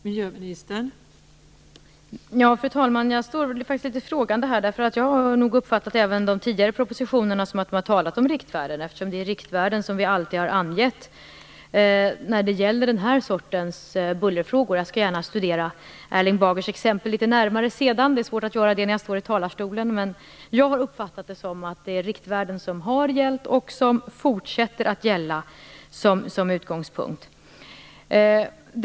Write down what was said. Fru talman! Jag står faktiskt litet frågande här. Jag har nog uppfattat att även de tidigare propositionerna har talat om riktvärden, eftersom det är riktvärden som vi alltid har angett när det gäller den här sortens bullerfrågor. Jag skall gärna studera Erling Bagers exempel litet närmare sedan. Det är svårt att göra det när jag står i talarstolen. Jag har uppfattat att det är riktvärden som har gällt och som fortsätter att gälla som utgångspunkt för detta.